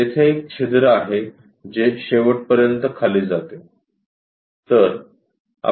येथे एक छिद्र आहे जे शेवटपर्यंत खाली जाते